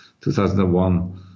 2001